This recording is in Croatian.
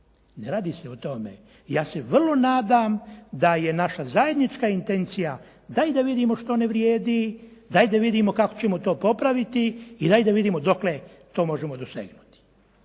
Ne radi se o tome. Ja se vrlo nadam da je naša zajednička intencija daj da vidimo što ne vrijedi, daj da vidimo kako ćemo to popraviti i daj da vidimo dokle to možemo dosegnuti.